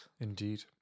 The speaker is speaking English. indeed